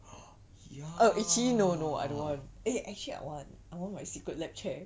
err ya